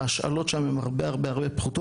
ההשאלות שם הן הרבה יותר פחותות,